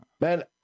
man